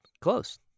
close